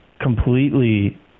completely